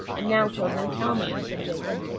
and now, children, tell me, said jacob,